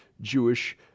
Jewish